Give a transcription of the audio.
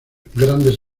grandes